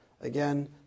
Again